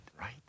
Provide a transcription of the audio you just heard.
right